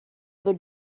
other